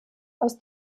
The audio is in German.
aus